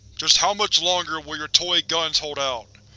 just how much longer will your toy guns hold out?